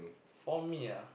for me